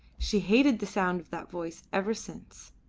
she hated the sound of that voice ever since.